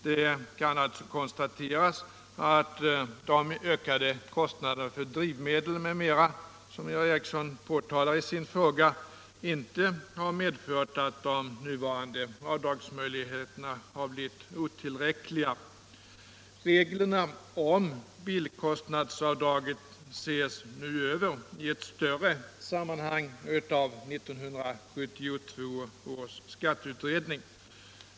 Det kan alltså konstateras att de ökade kostnaderna för drivmedel m.m., som herr Eriksson har påtalat i sin fråga, inte har medfört att de nuvarande avdragsmöjligheterna blivit otillräckliga. Reglerna om bilkostnadsavdraget ses över i ett större sammanhang av 1972 års skatteutredning.